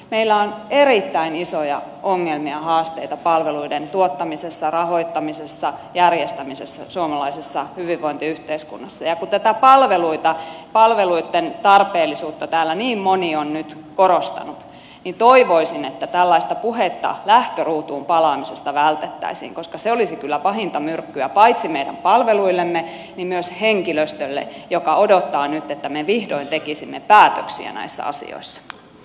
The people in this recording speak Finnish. meillä on erittäin isoja ongelmia haasteita palveluiden tuottamisessa rahoittamisessa järjestämisessä suomalaisessa hyvinvointiyhteiskunnassa ja kun tätä palveluitten tarpeellisuutta täällä niin moni on nyt korostanut niin toivoisin että tällaista puhetta lähtöruutuun palaamisesta vältettäisiin koska se olisi kyllä pahinta myrkkyä paitsi meidän palveluillemme niin myös henkilöstölle joka odottaa nyt että me vihdoin tekisimme päätöksiä näissä asioissa